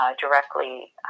directly